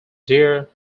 dear